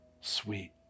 sweet